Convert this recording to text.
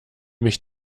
mich